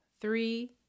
three